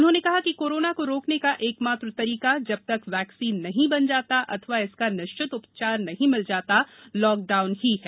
उन्होंने कहा कि कोरोना को रोकने का एक मात्र तरीका जब तक वैक्सीन नहीं बन जाता अथवा इसका निश्चित उपचार नहीं मिल जाता लॉकडाउन ही है